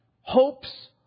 hopes